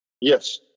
yes